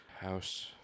House